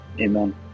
amen